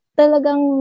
talagang